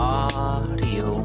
audio